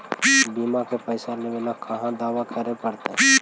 बिमा के पैसा लेबे ल कहा दावा करे पड़तै?